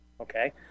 Okay